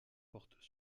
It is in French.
portent